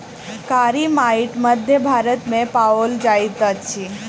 कारी माइट मध्य भारत मे पाओल जाइत अछि